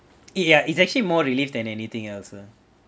it ya it's actually more relief than anything else ah